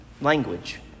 language